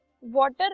water